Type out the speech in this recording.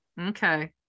Okay